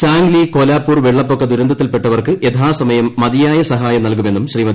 സാംഗ്ലി കോലാപൂർ വെള്ളപ്പൊക്ക ദുരന്തത്തിൽപ്പെട്ടവർക്ക് യഥാസമയം മതിയായ സഹായം നല്കുമെന്നും ശ്രീമതി